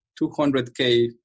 200K